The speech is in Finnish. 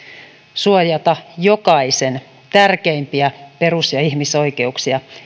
suojata jokaisen tärkeimpiä perus ja ihmisoikeuksia